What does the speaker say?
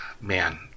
man